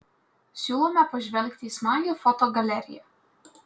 siūlome pažvelgti į smagią fotogaleriją